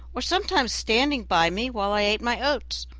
or sometimes standing by me while i ate my oats.